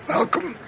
Welcome